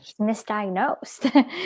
misdiagnosed